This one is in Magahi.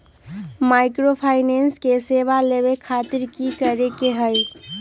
माइक्रोफाइनेंस के सेवा लेबे खातीर की करे के होई?